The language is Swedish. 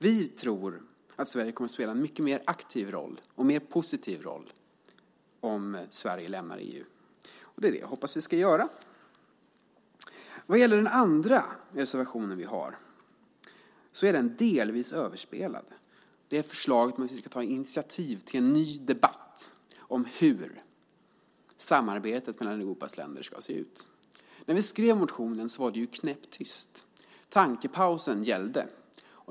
Vi tror att Sverige kommer att spela en mycket mer aktiv och positiv roll om vi lämnar EU, och det är det jag hoppas att vi ska göra. Den andra motionen som vi har är delvis överspelad. Det är ett förslag om att vi ska ta initiativ till en ny debatt om hur samarbetet mellan Europas länder ska se ut. När vi skrev motionen var det knäpptyst. Tankepausen gällde.